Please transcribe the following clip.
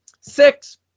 six